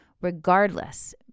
regardless